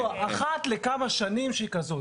יש לנו אחת לכמה שנים שהיא כזאת.